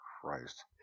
Christ